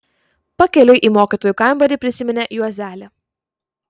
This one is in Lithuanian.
pakeliui į mokytojų kambarį prisiminė juozelį